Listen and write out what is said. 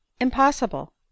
impossible